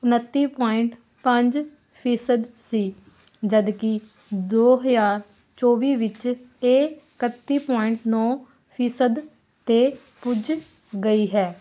ਉਣੱਤੀ ਪੁਆਇੰਟ ਪੰਜ ਫੀਸਦ ਸੀ ਜਦਕਿ ਦੋ ਹਜ਼ਾਰ ਚੌਵੀ ਵਿੱਚ ਇਹ ਇਕੱਤੀ ਪੁਆਇੰਟ ਨੌਂ ਫੀਸਦ 'ਤੇ ਪੁੱਜ ਗਈ ਹੈ